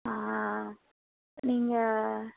நீங்கள்